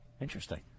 Interesting